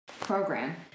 program